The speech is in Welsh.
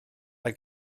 mae